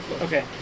Okay